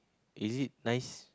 is it nice